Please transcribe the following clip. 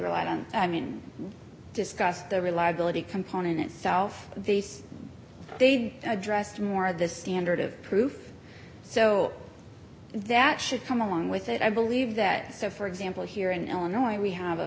relied on i mean we discussed the reliability component itself these they've addressed more the standard of proof so that should come along with it i believe that so for example here in illinois we have a